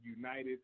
united